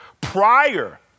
prior